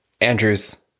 Andrew's